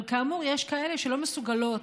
אבל כאמור, יש כאלה שלא מסוגלות,